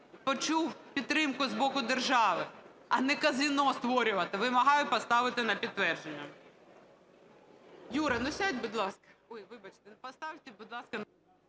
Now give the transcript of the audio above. почув підтримку з боку держави, а не казино створювати. Вимагаю поставити на підтвердження.